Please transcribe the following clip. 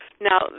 Now